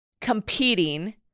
competing